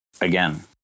again